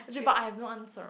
but I have no answer